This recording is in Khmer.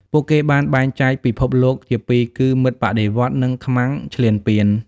ពួកគេបានបែងចែកពិភពលោកជាពីរ គឺ «មិត្តបដិវត្តន៍» និង «ខ្មាំងឈ្លានពាន»។